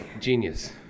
Genius